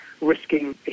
risking